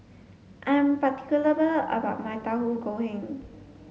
I'm about my Tahu Goreng